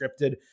scripted